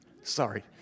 sorry